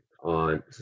on